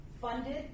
funded